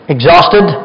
Exhausted